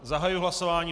Zahajuji hlasování.